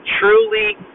truly